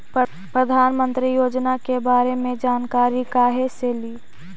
प्रधानमंत्री योजना के बारे मे जानकारी काहे से ली?